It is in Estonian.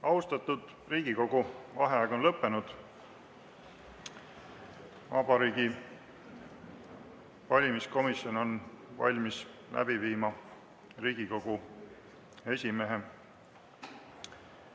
Austatud Riigikogu! Vaheaeg on lõppenud. Vabariigi Valimiskomisjon on valmis läbi viima Riigikogu esimehe